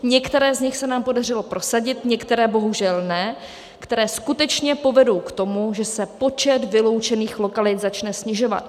Některé z nich se nám podařilo prosadit, některé bohužel ne, které skutečně povedou k tomu, že se počet vyloučených lokalit začne snižovat.